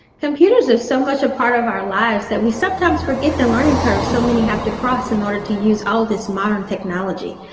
computers are so much a part of our lives that we sometimes forget the learning curve so many have to cross in order to use all this modern technology.